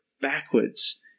backwards